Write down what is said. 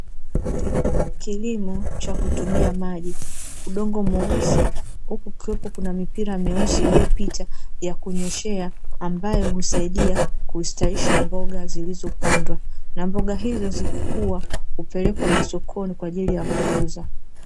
Kilimo cha kutumia maji, udongo mweusi, huku kukiwepo kuna mipira meusi iliyopita ya kunyweshea, ambayo husaidia kustawisha mboga zilizopandwa na mboga hizo zikikua hupelekwa masokoni kwa ajili ya kuuza.